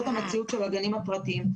זאת המציאות של הגנים הפרטיים.